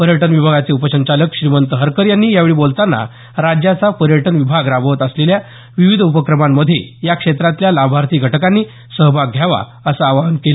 पर्यटन विभागाचे उपसंचालक श्रीमंत हरकर यांनी यावेळी बोलताना राज्याचा पर्यटन विभाग राबवत असलेल्या विविध उपक्रमांमध्ये या क्षेत्रातल्या लाभार्थी घटकांनी सहभाग घ्यावा असं आवाहन केलं